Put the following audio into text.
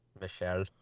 Michelle